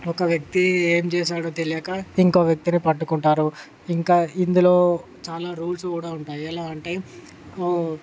ఒక వ్యక్తి ఏం చేశాడో తెలియక ఇంకో వ్యక్తిని పట్టుకుంటారు ఇంకా ఇందులో చాలా రూల్స్ కూడా ఉంటాయి ఎలా అంటే